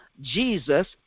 Jesus